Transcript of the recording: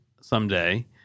someday